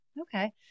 Okay